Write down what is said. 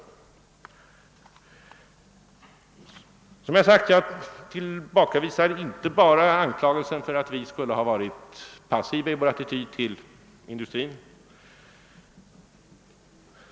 Jag tillbakavisar alltså inte bara tanken att vi skulle ha varit passiva i vår attityd till industrin.